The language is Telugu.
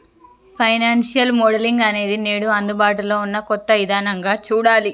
ఫైనాన్సియల్ మోడలింగ్ అనేది నేడు అందుబాటులో ఉన్న కొత్త ఇదానంగా చూడాలి